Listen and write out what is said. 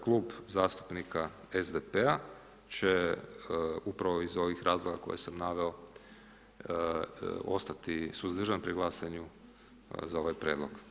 Klub zastupnika SDP-a će upravo iz ovih razloga koje sam naveo ostati suzdržan pri glasanju za ovaj prijedlog.